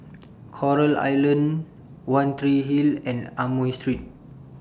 Coral Island one Tree Hill and Amoy Street